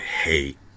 hate